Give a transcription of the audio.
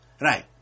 Right